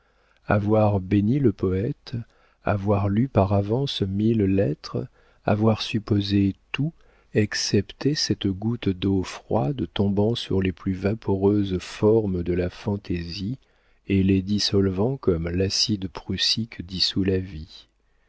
avoir béni le poëte avoir lu par avance mille lettres avoir supposé tout excepté cette goutte d'eau froide tombant sur les plus vaporeuses formes de la fantaisie et les dissolvant comme l'acide prussique dissout la vie